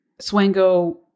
Swango